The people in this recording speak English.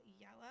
Yellow